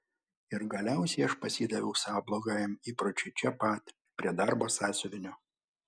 ir galiausiai aš pasidaviau savo blogajam įpročiui čia pat prie darbo sąsiuvinio